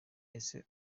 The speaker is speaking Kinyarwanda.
ese